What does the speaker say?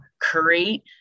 create